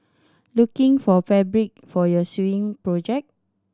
looking for fabric for your sewing project